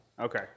Okay